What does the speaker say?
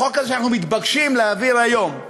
החוק הזה שאנחנו מתבקשים להעביר היום,